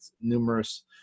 numerous